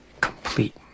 complete